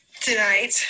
tonight